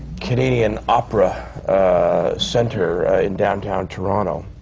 canadian opera center in downtown toronto.